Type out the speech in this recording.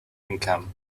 income